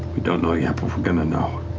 we don't know yet, but we're going to know.